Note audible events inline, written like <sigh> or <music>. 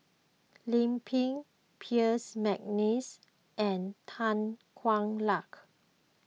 <noise> Lim Pin Percy McNeice and Tan Hwa Luck